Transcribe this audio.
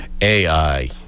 AI